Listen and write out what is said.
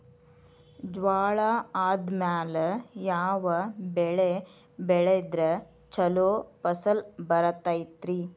ಜ್ವಾಳಾ ಆದ್ಮೇಲ ಯಾವ ಬೆಳೆ ಬೆಳೆದ್ರ ಛಲೋ ಫಸಲ್ ಬರತೈತ್ರಿ?